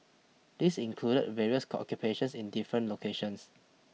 this included various occupations in different locations